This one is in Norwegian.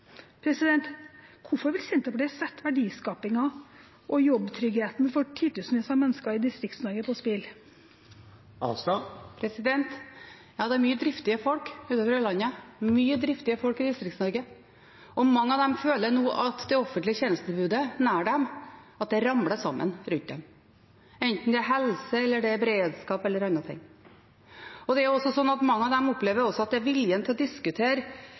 Hvorfor vil Senterpartiet sette verdiskapingen og jobbtryggheten for titusenvis av mennesker i Distrikts-Norge på spill? Ja, det er mye driftige folk utover i landet, mye driftige folk i Distrikts-Norge, og mange av dem føler nå at det offentlige tjenestetilbudet nær dem ramler sammen rundt dem, enten det er helse, beredskap eller andre ting. Mange av dem opplever også at viljen til å diskutere statlig innsats er liten. Strømforsyning til privat industri i Lierne, f.eks., er det ingen i regjeringen som vil diskutere.